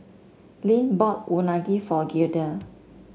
Lynne bought Unagi for Gilda